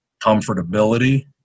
comfortability